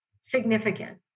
significant